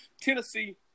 Tennessee